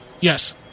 Yes